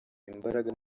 imbaraga